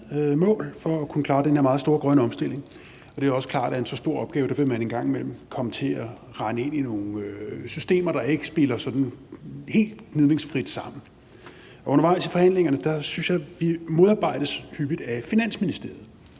og for at kunne klare den her meget store grønne omstilling. Det er også klart, at i en så stor opgave vil man en gang imellem komme til at rende ind i nogle systemer, der ikke spiller sådan helt gnidningsfrit sammen. Undervejs i forhandlingerne synes jeg at vi hyppigt modarbejdes af Finansministeriet,